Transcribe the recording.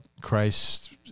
Christ